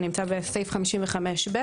בסעיף 55ב,